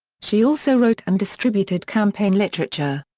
she also wrote and distributed campaign literature.